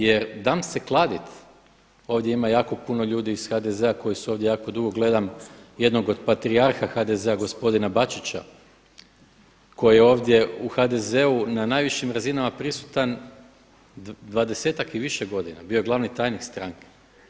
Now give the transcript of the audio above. Jer dam se kladit, ovdje ima jako puno ljudi iz HDZ-a koji su ovdje jako dugo gledam jednog od patrijarha HDZ-a gospodina Bačića koji je ovdje u HDZ-u na najvišim razinama prisutan dvadesetak i više godina bio je glavni tajnik stranke.